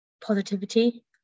positivity